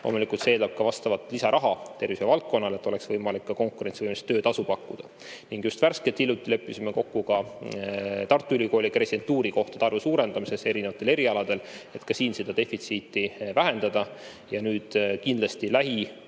Loomulikult see eeldab ka vastavat lisaraha tervishoiuvaldkonnale, et oleks võimalik ka konkurentsivõimelist töötasu pakkuda. Ning just värskelt hiljuti leppisime kokku ka Tartu Ülikooli residentuurikohtade arvu suurendamise erinevatel erialadel, et ka siin seda defitsiiti vähendada. Nüüd on kindlasti